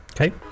okay